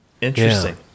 Interesting